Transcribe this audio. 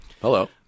Hello